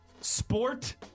sport